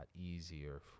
easier